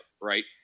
Right